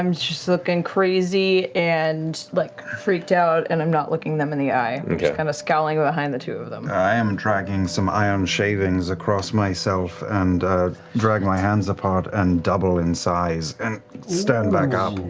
i'm just looking crazy and like freaked out and i'm not looking them in the eye. i'm just kind of scowling behind the two of them. liam i am dragging some iron shavings across myself and drag my hands apart and double in size and stand back um